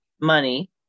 money